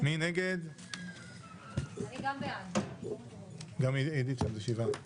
אני מתכבד לפתוח את הישיבה של ועדת הכנסת.